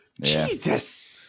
Jesus